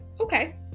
Okay